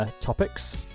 topics